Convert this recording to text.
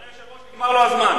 אדוני היושב-ראש, נגמר לו הזמן.